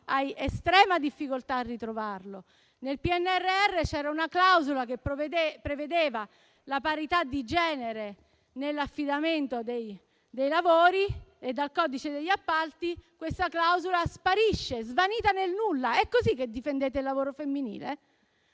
hai estrema difficoltà a ritrovarlo. Nel PNRR c'era una clausola che prevedeva la parità di genere nell'affidamento dei lavori, ma sparisce nel codice degli appalti, svanendo nel nulla. È così che difendete il lavoro femminile?